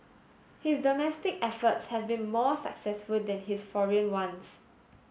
his domestic efforts have been more successful than his foreign ones